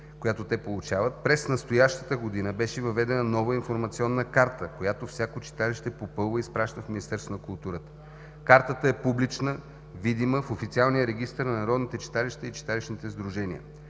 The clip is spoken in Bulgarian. която те получават, през настоящата година беше въведена нова информационна карта, която всяко читалище попълва и изпраща в Министерство на културата. Картата е публична, видима, в официалния регистър на народните читалища и читалищните сдружения.